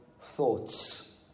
Thoughts